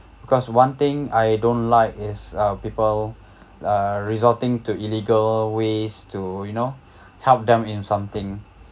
because one thing I don't like is uh people uh resulting to illegal ways to you know help them in something